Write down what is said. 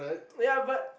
ya but